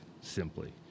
simply